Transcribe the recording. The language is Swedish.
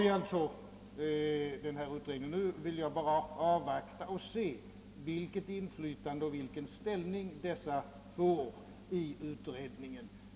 Nu har vi denna utredning, och då vill jag avvakta och se vilket inflytande och vilken ställning dessa personal grupper får.